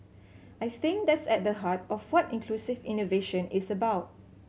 I think that's at the heart of what inclusive innovation is about